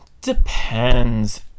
depends